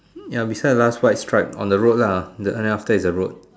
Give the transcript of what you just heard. ya beside the last white stripe on the road lah then after that is the road